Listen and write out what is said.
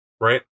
right